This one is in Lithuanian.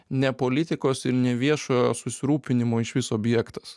ne politikos ir ne viešojo susirūpinimo išvis objektas